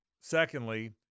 Secondly